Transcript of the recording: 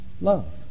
love